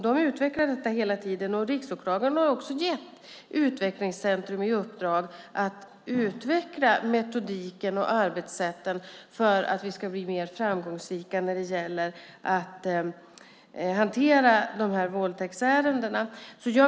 De utvecklar detta hela tiden, och Riksåklagaren har också gett Utvecklingscentrum i uppdrag att utveckla metodiken och arbetssätten för att man ska bli mer framgångsrik i hanteringen av våldtäktsärendena.